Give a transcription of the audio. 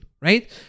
right